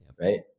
right